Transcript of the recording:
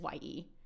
ye